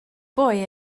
boy